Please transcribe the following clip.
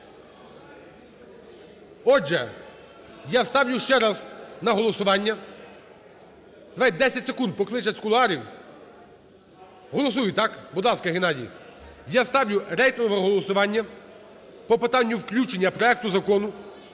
Отже, я ставлю ще раз на голосування, давай 10 секунд, покличте з кулуарів. Голосуємо, так? Будь ласка, Геннадій. Я ставлю рейтингове голосування по питанню включення проекту Закону